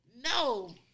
no